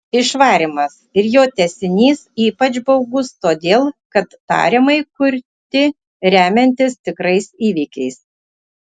išvarymas ir jo tęsinys ypač baugūs todėl kad tariamai kurti remiantis tikrais įvykiais